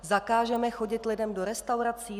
Zakážeme chodit lidem do restaurací?